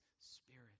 Spirit